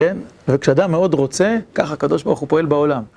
כן? וכשאדם מאוד רוצה, ככה הקדוש ברוך הוא פועל בעולם.